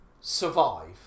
survive